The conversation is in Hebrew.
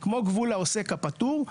כמו גבול העוסק הפטור.